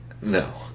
No